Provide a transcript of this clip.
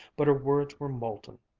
but her words were molten.